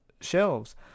shelves